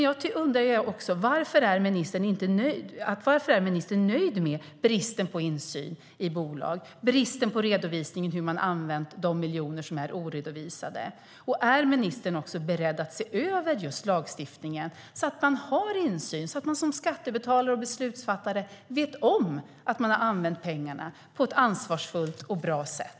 Jag undrar: Varför är ministern nöjd med bristen på insyn i bolag och bristen på redovisning - hur de miljoner som är oredovisade har använts? Är ministern beredd att se över just lagstiftningen så att man har insyn och så att man som skattebetalare och beslutsfattare vet om att pengarna har använts på ett ansvarsfullt och bra sätt?